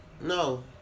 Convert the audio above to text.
No